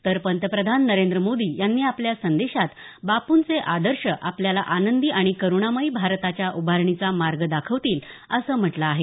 तर पंतप्रधान नरेंद्र मोदी यांनी आपल्या संदेशात बापूंचे आदर्श आपल्याला आनंदी आणि करुणामयी भारताच्या उभारणीचा मार्ग दाखवतील असं म्हटलं आहे